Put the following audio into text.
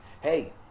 Hey